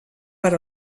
per